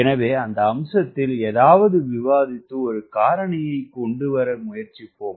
எனவே அந்த அம்சத்தில் ஏதாவது விவாதித்து ஒரு காரணியைக் கொண்டுவர முயற்சிப்போம்